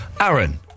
Aaron